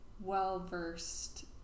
well-versed